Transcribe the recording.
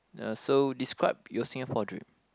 ya so describe your Singapore dream